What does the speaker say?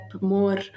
more